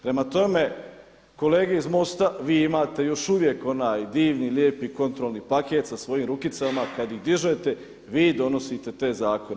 Prema tome, kolege iz MOST-a vi imate još uvijek onaj divni, lijepi kontrolni paket sa svojim rukicama kada ih dižete, vi donosite te zakone.